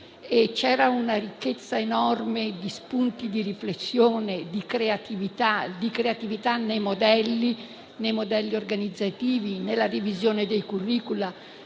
c'era una ricchezza enorme di spunti di riflessione, di creatività nei modelli organizzativi, nella divisione dei *curricula*